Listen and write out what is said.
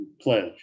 pledge